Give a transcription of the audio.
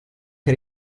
che